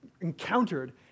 encountered